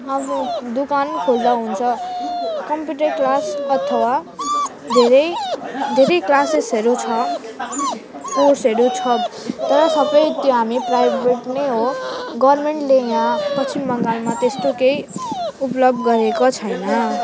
आफ्नो दोकान खोल्दा हुन्छ कम्प्युटर क्लास अथवा धेरै धेरै क्लासेसहरू छ कोर्सहरू छ तर सबै त्यो हामी प्राइभेट नै हो गोभर्मेन्टले यहाँ पश्चिम बङ्गालमा त्यस्तो केही उपलब्ध गरेको छैन